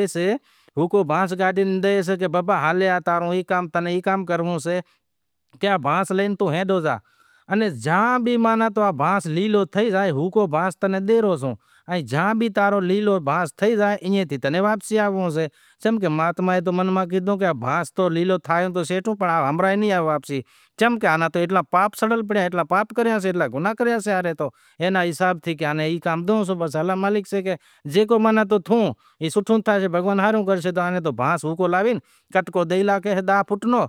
ایودہیا نگری جیکو بھی سئے ہنبالشے پسے ایوا نمونے تے پسے چوڈنہں سال بنواس آئے واپسی آئے پسے دیواری رو تہوار مانایو پھٹاکا پھاڑیا ایوا نمونے تے ریت رسم جیکو سئے کری کالی ماتا رو مندر جیکو سے پسے راکھڑی باندہائے پسے پاگے لگے۔